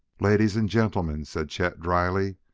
ladies and gentlemen, said chet dryly,